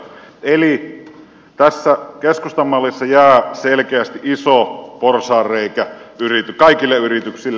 eli tässä keskustan mallissa jää selkeästi iso porsaanreikä kaikille yrityksille